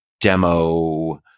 demo